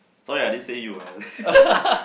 sorry I didn't say you ah